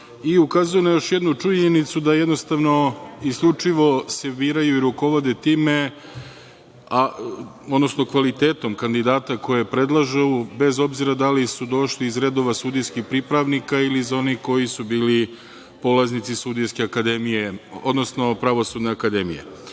i ukazuju na još jednu činjenicu, da jednostavno se isključivo biraju i rukovode kvalitetom kandidata koje predlažu, bez obzira da li su došli iz redova sudijskih pripravnika ili iz onih koji su bili polaznici sudijske akademije, odnosno pravosudne akademije.